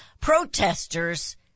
protesters